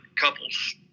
couples